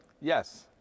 Yes